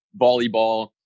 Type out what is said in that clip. volleyball